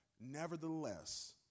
Nevertheless